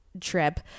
trip